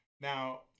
Now